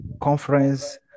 conference